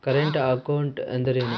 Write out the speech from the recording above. Current account ಅಂದರೇನು?